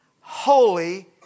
holy